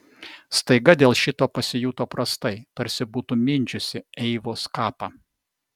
staiga dėl šito pasijuto prastai tarsi būtų mindžiusi eivos kapą